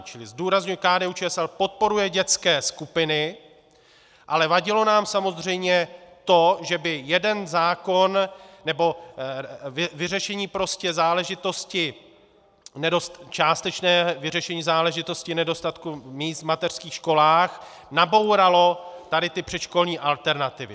Čili zdůrazňuji: KDUČSL podporuje dětské skupiny, ale vadilo nám samozřejmě to, že by jeden zákon nebo vyřešení prostě záležitosti, částečné vyřešení záležitosti nedostatku míst v mateřských školách nabouralo tady ty předškolní alternativy.